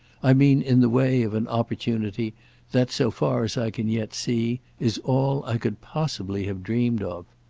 i mean in the way of an opportunity that, so far as i can yet see, is all i could possibly have dreamed of.